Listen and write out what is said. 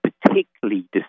particularly